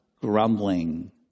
grumbling